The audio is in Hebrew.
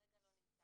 כרגע הוא לא כאן.